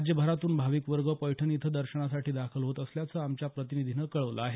राज्यभरातून भाविकवर्ग पैठण इथं दर्शनासाठी दाखल होत असल्याचं आमच्या प्रतिनिधीनं कळवलं आहे